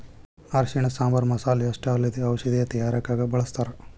ಅರಿಶಿಣನ ಸಾಂಬಾರ್ ಮಸಾಲೆ ಅಷ್ಟೇ ಅಲ್ಲದೆ ಔಷಧೇಯ ತಯಾರಿಕಗ ಬಳಸ್ಥಾರ